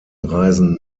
reisen